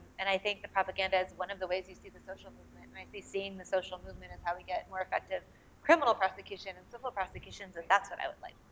and i think the propaganda is one of the ways you see the social movement. and i think seeing the social movement is how we get more effective criminal prosecutions and civil prosecutions, and that's what i would like.